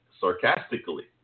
sarcastically